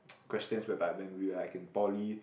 questions whereby when we were like in poly